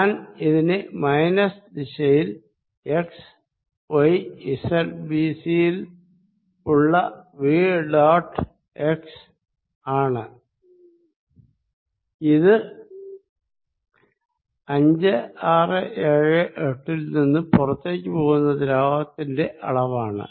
ഞാൻ ഇതിനെ മൈനസ് ദിശയിൽ xyz ൽ ഉള്ള V ഡോട്ട് x bc എന്ന് എഴുതാൻ പോകുന്നു ഇത് 5678 ൽ നിന്ന് പുറത്തേക്ക് പോകുന്ന ദ്രാവകത്തിന്റെ അളവ് ആണ്